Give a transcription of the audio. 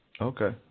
Okay